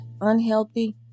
unhealthy